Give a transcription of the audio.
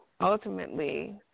ultimately